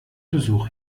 besuch